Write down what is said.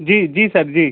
जी जी सर जी